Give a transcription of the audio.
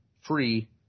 free